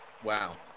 Wow